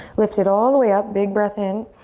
lift it all the way up. big breath in.